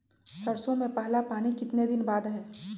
सरसों में पहला पानी कितने दिन बाद है?